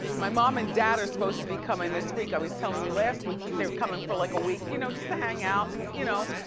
my mom and dad are supposed to be comin' this week, i was telling you last week that they were comin' for like a week, you know, just to hang out and you know.